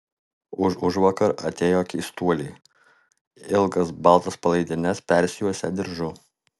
užužvakar atėjo keistuoliai ilgas baltas palaidines persijuosę diržu